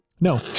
No